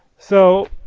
so,